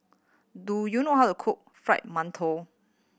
do you know how to cook Fried Mantou